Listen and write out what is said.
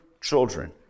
children